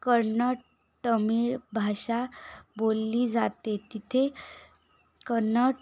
कन्नड तमीळ भाषा बोलली जाते तिथे कन्नड